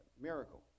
miracle